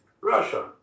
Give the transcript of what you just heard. Russia